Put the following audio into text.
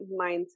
mindset